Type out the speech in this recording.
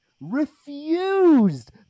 refused